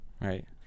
Right